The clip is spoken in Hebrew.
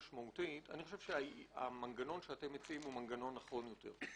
אני חושב שהמנגנון שאתם מציעים הוא מנגנון נכון יותר.